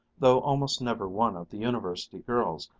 though almost never one of the university girls,